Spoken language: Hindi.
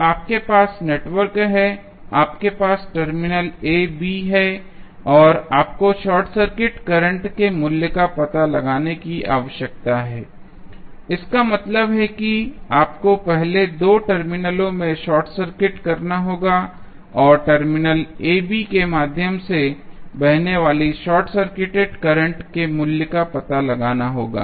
तो आपके पास नेटवर्क है आपके पास टर्मिनल्स a b है अब आपको शॉर्ट सर्किट करंट के मूल्य का पता लगाने की आवश्यकता है इसका मतलब है कि आपको पहले दोनों टर्मिनलों में शॉर्ट सर्किट करना होगा और टर्मिनल a b के माध्यम से बहने वाले शॉर्ट सर्किटेड करंट के मूल्य का पता लगाना होगा